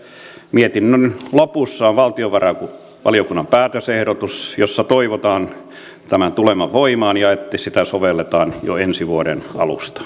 mietinnön lopussa on valtiovarainvaliokunnan päätösehdotus jossa toivotaan että tämä tulee voimaan ja sitä sovelletaan jo ensi vuoden alusta